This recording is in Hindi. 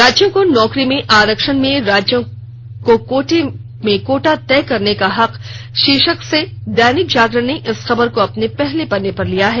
राज्यों को नौकरी में आरक्षण में राज्यों को कोटे में कोटा तय करने का हक शीर्षक से दैनिक जागरण ने इस खबर को अपने पहले पन्ने पर लिया है